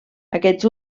aquests